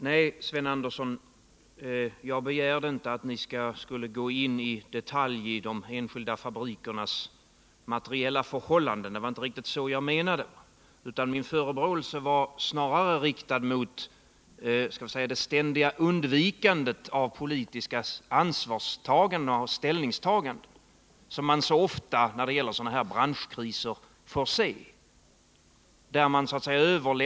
Herr talman! Nej, jag begärde inte att Sven Andersson i detalj skulle gå in på de enskilda fabrikernas materiella förhållanden. Det var inte riktigt så jag menade, utan min förebråelse var snarare riktad mot det ständiga undvikande av politiska ställningstaganden och ansvarstaganden som man så ofta får se när det gäller sådana här branschkriser.